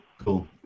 Cool